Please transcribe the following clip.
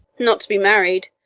not to be married,